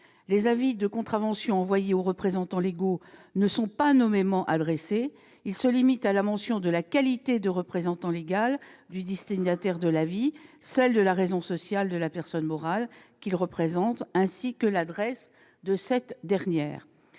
Les avis de contravention envoyés aux représentants légaux ne leur sont pas nommément adressés. Y figurent seulement la mention de la qualité de représentant légal du destinataire de l'avis, celle de la raison sociale de la personne morale qu'il représente, ainsi que l'adresse de cette dernière.